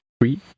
Three